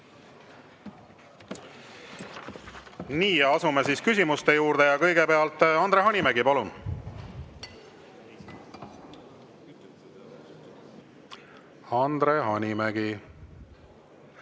Palun! Asume küsimuste juurde ja kõigepealt Andre Hanimägi, palun! Andre Hanimägi